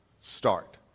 Start